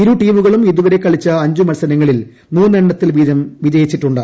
ഇരു ടീമുകളും ഇതുവരെ കളിച്ച അഞ്ച് മത്സരങ്ങളിൽ മൂന്ന് എണ്ണത്തിൽ വീതം ജയിച്ചിട്ടുണ്ട്